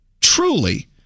Truly